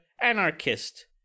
anarchist